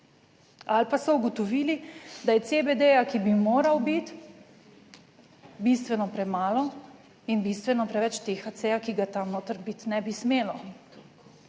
Ali pa so ugotovili, da je CBD, ki bi moral biti bistveno premalo in bistveno preveč THC, ki ga tam noter biti ne bi smelo.